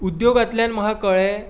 उद्द्योगांतल्यान म्हाका कळ्ळें